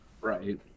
Right